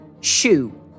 Shoe